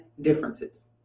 differences